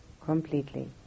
completely